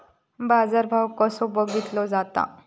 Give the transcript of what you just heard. बाजार भाव कसो बघीतलो जाता?